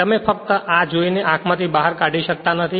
તમે ફક્ત આ જોઈને આંખમાંથી બહાર કાઢી શકતા નથી